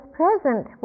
present